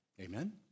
Amen